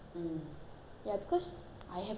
I have to go [what] her house is in